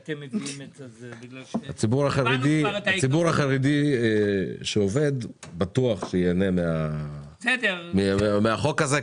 הציבור החרדי שעובד בטוח שייהנה מהחוק הזה.